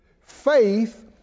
Faith